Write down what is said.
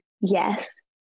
Yes